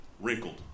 wrinkled